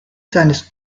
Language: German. seines